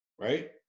right